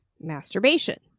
Masturbation